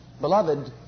Beloved